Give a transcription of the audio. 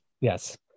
Yes